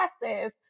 process